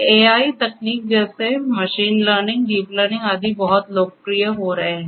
AI तकनीक जैसे machine learning deep learning आदि बहुत लोकप्रिय हो रहे हैं